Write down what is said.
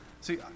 See